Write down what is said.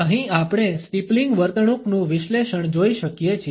અહીં આપણે સ્ટીપલિંગ વર્તણૂકનું વિશ્લેષણ જોઈ શકીએ છીએ